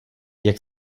jak